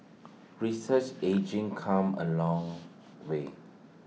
research ageing come A long way